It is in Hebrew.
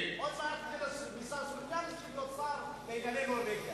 עוד מעט ניסן סלומינסקי יהיה שר מגלה נורבגיה.